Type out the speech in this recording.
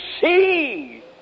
see